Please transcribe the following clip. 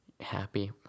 happy